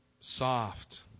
soft